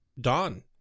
Dawn